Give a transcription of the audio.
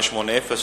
שאילתא מס' 580,